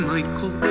Michael